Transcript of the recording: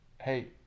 hey